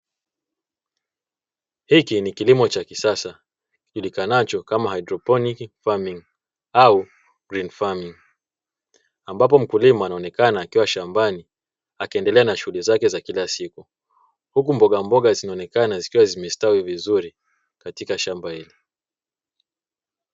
Hiki ni kilimo cha kisasa kijulikanacho kama "haidroponi farming" au "green farming ", ambapo mkulima anaonekana akiwa shambani akiendelea na shughuli zake za kila siku, huku mboga mboga zinaonekana zikiwa zimestawi vizuri katika shamba hili.